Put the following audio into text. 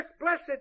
blessed